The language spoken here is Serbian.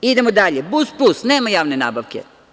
Idemo dalje, bus plus, nema javne nabavke.